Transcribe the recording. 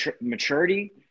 maturity